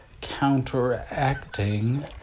counteracting